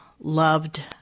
loved